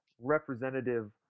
representative